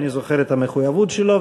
ואני זוכר את המחויבות שלו.